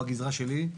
בגזרה שלי.